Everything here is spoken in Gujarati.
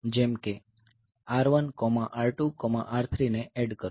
જેમ કે R1 R2 R3 ને એડ કરો